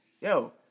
Yo